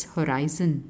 Horizon